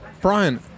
Brian